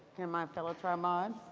and my fellow tri-mod?